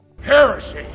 Heresy